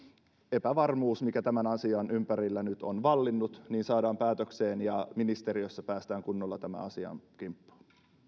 epävarmuus mikä tämän asian ympärillä nyt on vallinnut saadaan päätökseen ja ministeriössä päästään kunnolla tämän asian kimppuun